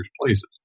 places